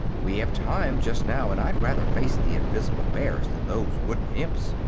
we have time, just now, and i'd rather face the invis'ble bears than those wooden imps.